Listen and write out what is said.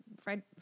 Fred